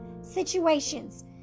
situations